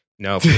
no